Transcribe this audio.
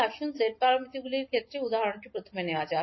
আসুন h প্যারামিটারগুলির ক্ষেত্রে উদাহরণটি প্রথমে নেওয়া যাক